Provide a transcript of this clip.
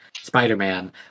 Spider-Man